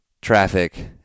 Traffic